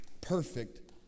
perfect